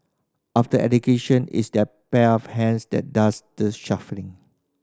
after education is that pair of hands that does the shuffling